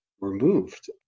removed